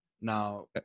Now